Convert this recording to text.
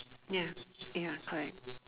ya ya correct